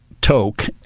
toke